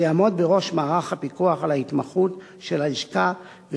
שיעמוד בראש מערך הפיקוח על ההתמחות של הלשכה,